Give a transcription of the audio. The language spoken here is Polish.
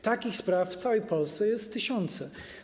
Takich spraw w całej Polsce są tysiące.